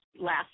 last